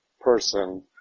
person